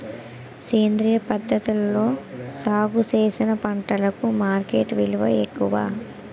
సేంద్రియ పద్ధతిలో సాగు చేసిన పంటలకు మార్కెట్ విలువ ఎక్కువ